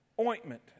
ointment